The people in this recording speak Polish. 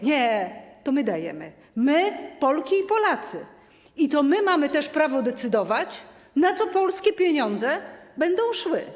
Nie, to my dajemy, my, Polki i Polacy, i to my mamy też prawo decydować, na co polskie pieniądze będą szły.